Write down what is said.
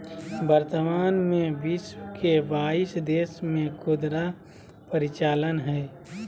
वर्तमान में विश्व के बाईस देश में खुदरा परिचालन हइ